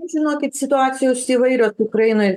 žinokit situacijos įvairios ukrainoj